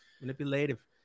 Manipulative